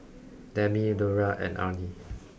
Demi Lura and Arnie